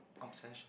obsession